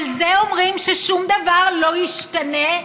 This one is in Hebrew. על זה אומרים ששום דבר לא ישתנה?